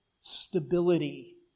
stability